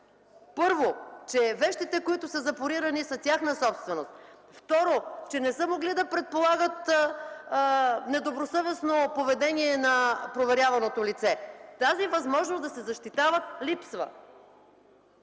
първо, че вещите, които са запорирани, са тяхна собственост; второ, че не са могли да предполагат недобросъвестно поведение на проверяваното лице, тази възможност да се защитават липсва.